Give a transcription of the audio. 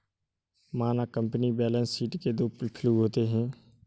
मानक company balance sheet के दो फ्लू होते हैं